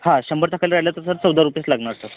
हा शंभरच्या खाली राहिले तर सर चौदा रुपयेच लागणार सर